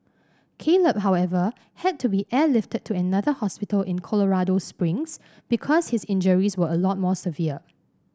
Caleb however had to be airlifted to another hospital in Colorado Springs because his injuries were a lot more severe